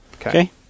Okay